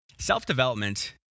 Self-development